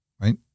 right